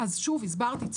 הסברתי.